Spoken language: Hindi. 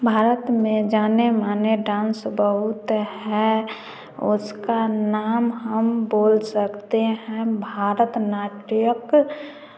भारत में जाने माने डांस बहुत हैं उसका नाम हम बोल सकते हैं भारत नाटयक